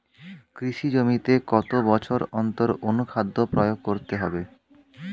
কৃষি জমিতে কত বছর অন্তর অনুখাদ্য প্রয়োগ করতে হবে?